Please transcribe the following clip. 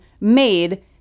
made